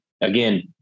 again